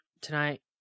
tonight